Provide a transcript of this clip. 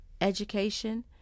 education